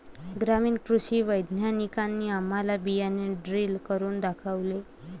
ग्रामीण कृषी वैज्ञानिकांनी आम्हाला बियाणे ड्रिल करून दाखवले